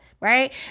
right